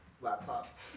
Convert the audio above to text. laptop